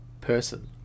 person